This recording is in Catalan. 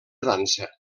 dansa